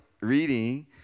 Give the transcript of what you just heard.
reading